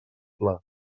pla